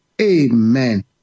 Amen